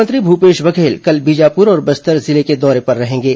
मुख्यमंत्री भूपेश बघेल कल बीजापुर और बस्तर जिले के दौरे पर रहेंगे